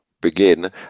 begin